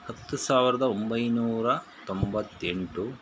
ಹತ್ತು ಸಾವಿರ್ದ ಒಂಬೈನೂರ ತೊಂಬತ್ತೆಂಟು